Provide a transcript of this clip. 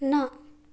न